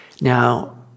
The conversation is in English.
Now